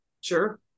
Sure